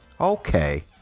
Okay